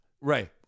Right